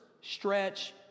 stretch